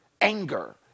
anger